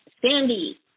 Sandy